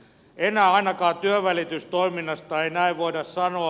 enää ainakaan työnvälitystoiminnasta ei näin voida sanoa